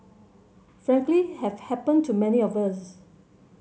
frankly have happened to many of us